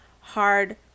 hard